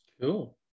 Cool